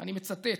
אני מצטט: